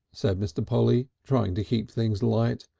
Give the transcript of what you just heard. said mr. polly, trying to keep things light.